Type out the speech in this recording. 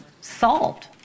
solved